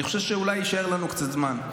אני חושב שאולי יישאר לנו קצת זמן.